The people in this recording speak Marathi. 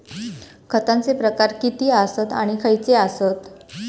खतांचे प्रकार किती आसत आणि खैचे आसत?